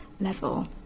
level